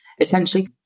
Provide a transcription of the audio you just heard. essentially